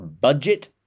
budget